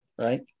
right